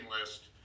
list